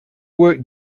worked